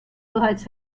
bereits